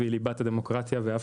מכל דמוקרטיה נורמאלית ובריאה.